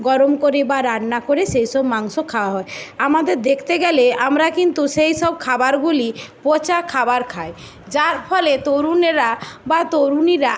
গরম করে বা রান্না করে সেই সব মাংস খাওয়া হয় আমাদের দেখতে গেলে আমরা কিন্তু সেই সব খাবারগুলি পচা খাবার খাই যার ফলে তরুণেরা বা তরুণীরা